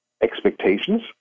expectations